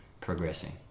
progressing